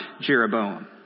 Jeroboam